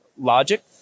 logic